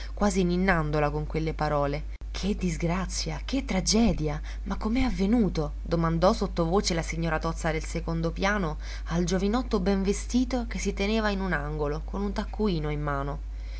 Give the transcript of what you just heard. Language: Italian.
quasi ninnandola con quelle parole che disgrazia che tragedia ma com'è avvenuto domandò sottovoce la signora tozza del secondo piano al giovinotto ben vestito che si teneva in un angolo con un taccuino in mano